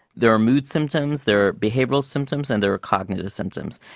there are mood symptoms, there are behavioural symptoms and there are cognitive symptoms.